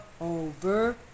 over